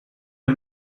der